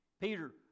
Peter